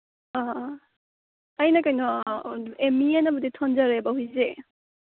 ꯑ ꯑ ꯑꯩꯅ ꯀꯩꯅꯣ ꯑꯦꯃꯤ ꯍꯥꯏꯅꯕꯨꯗꯤ ꯊꯣꯟꯖꯔꯦꯕ ꯍꯨꯏꯁꯦ